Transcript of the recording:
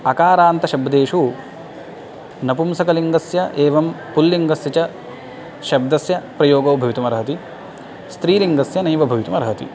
अकारान्तशब्देषु नपुंसकलिङ्गस्य एवं पुल्लिङ्गस्य च शब्दस्य प्रयोगो भवितुम् अर्हति स्त्रीलिङ्गस्य नैव भवितुम् अर्हति